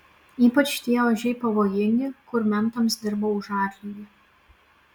ypač tie ožiai pavojingi kur mentams dirba už atlygį